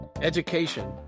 education